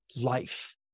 life